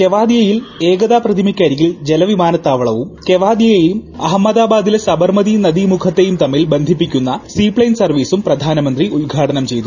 കെവാദിയയിൽ ഏകതാ പ്രതിമക്കരികിൽ ജലവിമാനത്താവളവും കെവാദിയയെയും അഹമ്മദാബാദിലെ സബർമതി നദീമുഖത്തെയും തമ്മിൽ ബന്ധിപ്പിക്കുന്ന സീപ്പെയിൻ സർവീസും പ്രധാനമന്ത്രി ഉദ്ഘാടനം ചെയ്തു